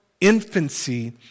infancy